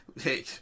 Hey